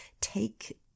Take